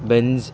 Benz